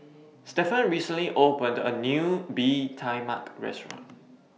Stefan recently opened A New Bee Tai Mak Restaurant